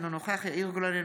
אינו נוכח יאיר גולן,